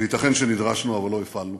וייתכן שנדרשנו אבל לא הפעלנו,